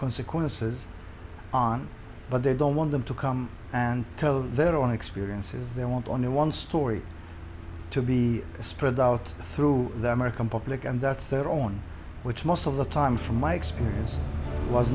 consequences on but they don't want them to come and tell their own experiences they want only one story to be spread out through the american public and that's their own which most of the time from my experience was